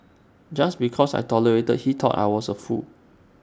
just because I tolerated he thought I was A fool